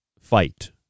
fight